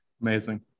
amazing